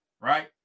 right